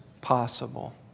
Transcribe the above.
possible